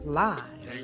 live